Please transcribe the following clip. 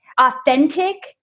authentic